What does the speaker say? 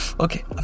Okay